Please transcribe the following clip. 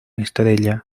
estrella